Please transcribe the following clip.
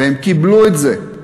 והם קיבלו את זה.